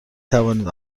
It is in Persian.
توانید